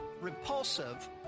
repulsive